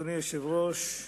אדוני היושב-ראש,